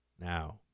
Now